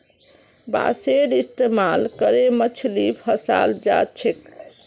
बांसेर इस्तमाल करे मछली फंसाल जा छेक